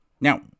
now